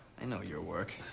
i know your work.